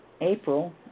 April